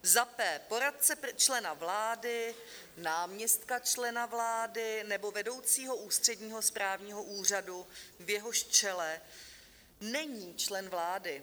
Za p) poradce člena vlády, náměstka člena vlády nebo vedoucího ústředního správního úřadu, v jehož čele není člen vlády.